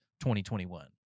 2021